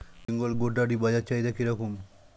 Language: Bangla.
বেঙ্গল গোটারি বাজার চাহিদা কি রকম?